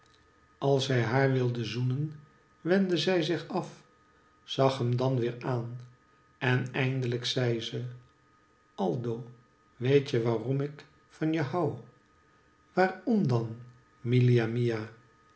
als hij haar wilde zoenen wendde zij zich af zag hem dan weer aan en eindelijk zei ze aldo weet je waarom ik van je hou waarom dan